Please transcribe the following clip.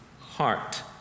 heart